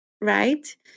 right